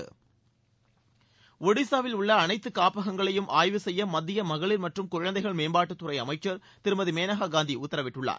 மேனகா காந்தி ஒடிசாவில் உள்ள அனைத்து காப்பகங்களையும் ஆய்வு செய்ய மத்திய மகளிர் மற்றும் குழந்தைகள் மேம்பாட்டுத் துறை அமைச்சர் திருமதி மேனகா காந்தி உத்தரவிட்டுள்ளார்